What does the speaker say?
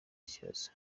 kibazo